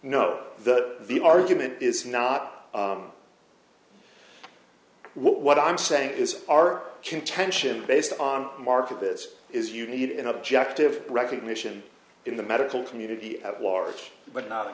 know that the argument is not what what i'm saying is our contention based on market this is you need an objective recognition in the medical community at large but not